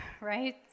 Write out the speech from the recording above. right